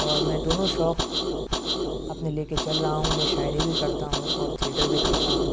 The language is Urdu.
اور میں دونوں شوق اپنے لے کے چل رہا ہوں میں شاعری بھی کرتا ہوں اور تھیئٹر بھی کرتا ہوں